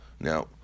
Now